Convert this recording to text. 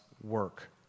work